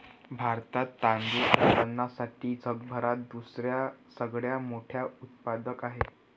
भारतात तांदूळ उत्पादनासाठी जगभरात दुसरा सगळ्यात मोठा उत्पादक आहे